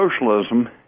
socialism